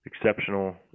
Exceptional